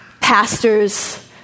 pastors